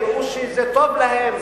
יראו שזה טוב להם,